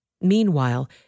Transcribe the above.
Meanwhile